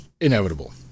inevitable